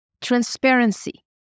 Transparency